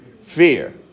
fear